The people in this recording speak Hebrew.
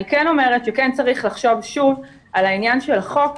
אני כן אומרת שכן צריך לחשוב שוב על עניין החוק,